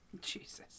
Jesus